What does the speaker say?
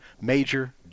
Major